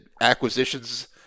acquisitions